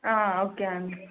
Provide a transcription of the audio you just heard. okay అండి